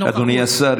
אדוני השר,